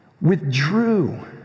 Withdrew